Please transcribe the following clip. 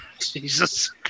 jesus